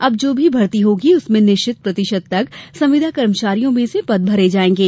अब जो भर्ती होगी उसमें निश्चित प्रतिशत तक संविदा कर्मचारियों में से पद भरे जायेंगे